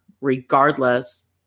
Regardless